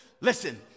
Listen